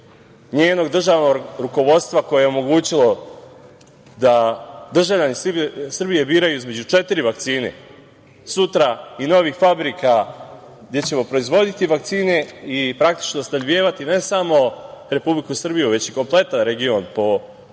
njenog državnog rukovodstva koji je omogućio da državljani Srbije biraju između četiri vakcine, sutra i novih fabrika gde ćemo proizvoditi vakcine, i praktično, snabdevati ne samo Republiku Srbiju, već i kompletan region, kako